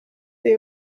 they